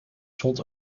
zond